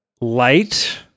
Light